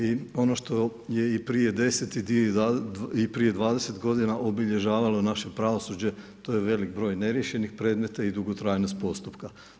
I ono što je i prije 10 i prije 20 godina obilježavalo naše pravosuđe to je velik broj neriješenih predmeta i dugotrajnost postupka.